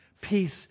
Peace